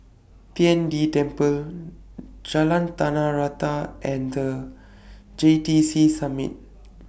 Tian De Temple Jalan Tanah Rata and The J T C Summit